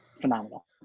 phenomenal